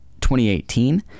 2018